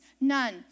none